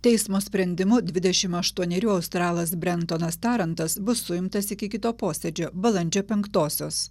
teismo sprendimu dvidešim aštuonerių australas brentontas tarantas bus suimtas iki kito posėdžio balandžio penktosios